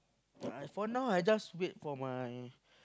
for now I just wait for my